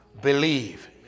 believe